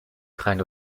kind